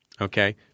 okay